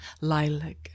lilac